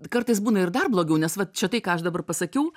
kartais būna ir dar blogiau nes vat čia tai ką aš dabar pasakiau